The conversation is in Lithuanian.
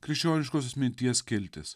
kriščioniškos minties skiltis